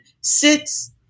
sits